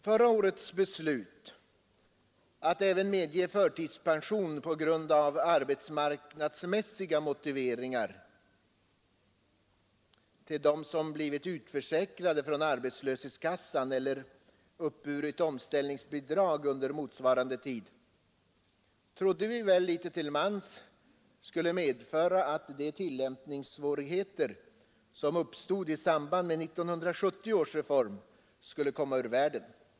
Förra årets beslut att medge förtidspension av arbetsmarknadsmässiga skäl till den som blivit utförsäkrad från arbetslöshetskassa eller uppburit omställningsbidrag under motsvarande tid trodde vi väl litet till mans skulle medföra att de tillämpningssvårigheter som uppstod i samband med 1970 års reform skulle komma ur världen.